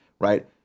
right